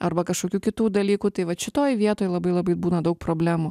arba kažkokių kitų dalykų tai vat šitoj vietoj labai labai būna daug problemų